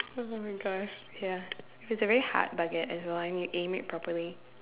oh my gosh ya it's a very hard baguette as well and you aim it properly